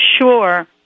sure